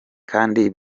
kandi